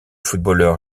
footballeur